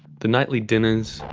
the nightly dinners,